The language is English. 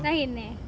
lain eh